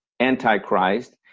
Antichrist